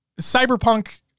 Cyberpunk